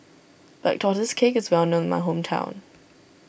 Black Tortoise Cake is well known in my hometown